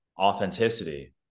authenticity